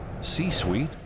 C-Suite